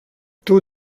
taux